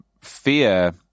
fear